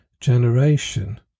generation